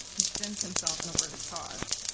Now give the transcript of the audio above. who spends himself on a worthy cause.